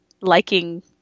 liking